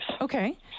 Okay